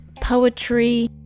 poetry